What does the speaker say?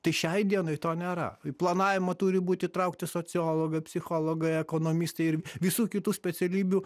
tai šiai dienai to nėra į planavimą turi būt traukti sociologai psichologai ekonomistai ir visų kitų specialybių